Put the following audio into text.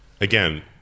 again